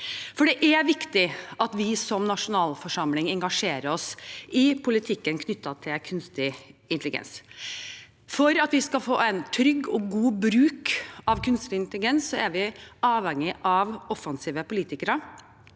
Det er viktig at vi som nasjonalforsamling engasjerer oss i politikken knyttet til kunstig intelligens. For at vi skal få en trygg og god bruk av kunstig intelligens, er vi avhengig av offensive politikere